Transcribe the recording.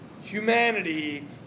humanity